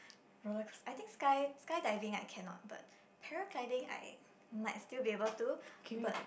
roller coast~ I think sky skydiving right cannot but paragliding I might still be able to but